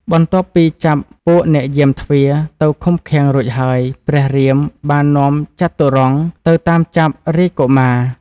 បន្ទាប់ពីចាប់ពួកអ្នកយាមទ្វារ ទៅឃុំឃាំងរួចហើយព្រះរាមបាននាំចតុរង្គទៅតាមចាប់រាជកុមារ។